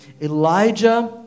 Elijah